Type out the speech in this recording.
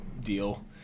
deal